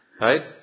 right